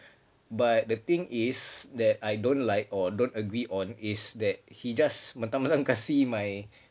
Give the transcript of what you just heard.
but the thing is that I don't like or don't agree on is that he just mentang-mentang kasi my